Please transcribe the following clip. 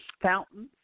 fountains